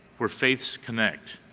where faiths connect.